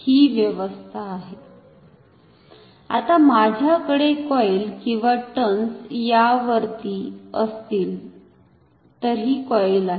तर ही व्यवस्था आहे आता माझ्याकडे कॉईल किंवा टर्न्स यावरती असतील तर ही कॉईल आहे